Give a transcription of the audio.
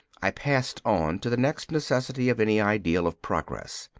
i passed on to the next necessity of any ideal of progress.